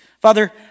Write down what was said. Father